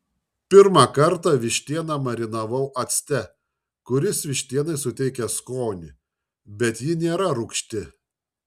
pirmą kartą vištieną marinavau acte kuris vištienai suteikia skonį bet ji nėra rūgšti